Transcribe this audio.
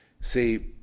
see